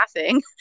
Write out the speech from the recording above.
laughing